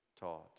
taught